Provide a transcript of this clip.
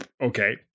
okay